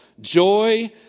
joy